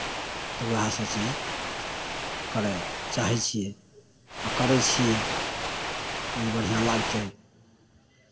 तऽ उएहसभ चीज करय चाहै छियै आ करै छियै जे बढ़िआँ लागतै